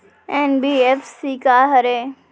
NBFC का हरे?